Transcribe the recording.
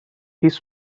his